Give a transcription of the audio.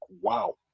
wow